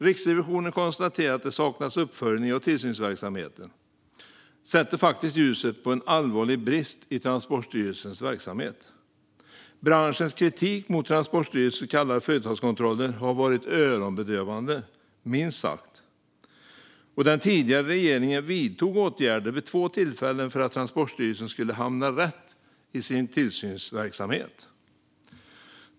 Riksrevisionens konstaterande att det saknas uppföljning av tillsynsverksamheten sätter faktiskt ljuset på en allvarlig brist i Transportstyrelsens verksamhet. Branschens kritik mot Transportstyrelsens så kallade företagskontroller har varit öronbedövande, minst sagt. Den tidigare regeringen vidtog åtgärder vid två tillfällen för att Transportstyrelsen skulle hamna rätt i sin tillsynsverksamhet.